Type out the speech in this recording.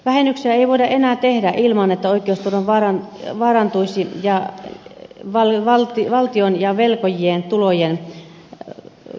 vähennyksiä ei voida enää tehdä ilman että oikeusturva vaarantuisi ja valtion ja velkojien tulojen vähentyminen uhkaa